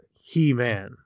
He-Man